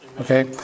okay